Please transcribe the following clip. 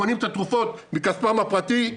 קונים את התרופות מכספם הפרטי,